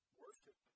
worship